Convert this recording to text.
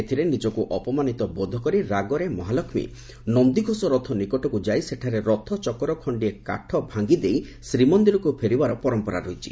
ଏଥିରେ ନିଜକୁ ଅପମାନିତ ବୋଧ କରି ରାଗରେ ମହାଲକ୍ଷ୍ମୀ ନନ୍ଦୀଘୋଷ ରଥ ନିକଟକୁ ଯାଇ ସେଠାରେ ରଥଚକର ଖଖିଏ କାଠ ଭାଗିଦେଇ ଶ୍ରୀମନ୍ଦିରକୁ ଫେରିବାର ପରମ୍ପରା ରହିଛି